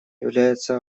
является